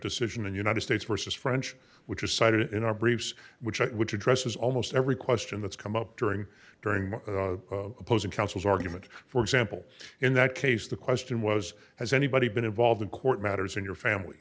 decision and united states versus french which is cited in our briefs which i which addresses almost every question that's come up during during the opposing counsel's argument for example in that case the question was has anybody been involved in court matters in your family